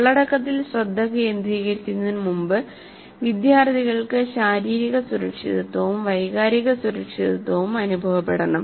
ഉള്ളടക്കത്തിൽ ശ്രദ്ധ കേന്ദ്രീകരിക്കുന്നതിന് മുമ്പ് വിദ്യാർത്ഥികൾക്ക് ശാരീരിക സുരക്ഷിതത്വവും വൈകാരിക സുരക്ഷിതത്വവും അനുഭവപ്പെടണം